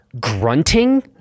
grunting